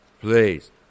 please